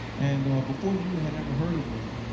and before you had ever heard of me,